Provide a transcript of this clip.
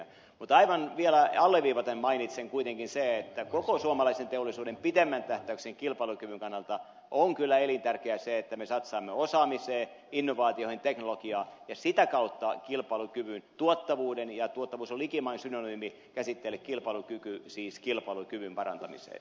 mutta aivan vielä alleviivaten mainitsen kuitenkin sen että koko suomalaisen teollisuuden pitemmän tähtäyksen kilpailukyvyn kannalta on kyllä elintärkeää se että me satsaamme osaamiseen innovaatioihin teknologiaan ja sitä kautta kilpailukyvyn tuottavuuden ja tuottavuus on likimain synonyymi käsitteelle kilpailukyky siis kilpailukyvyn parantamiseen